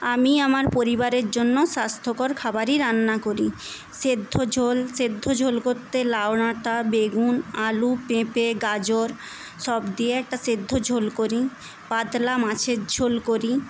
আমি আমার পরিবারের জন্য স্বাস্থ্যকর খাবারই রান্না করি সেদ্ধ ঝোল সেদ্ধ ঝোল করতে লাউ ডাটা বেগুন আলু পেঁপে গাজর সব দিয়ে একটা সেদ্ধ ঝোল করি পাতলা মাছের ঝোল করি